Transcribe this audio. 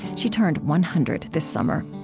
she turned one hundred this summer.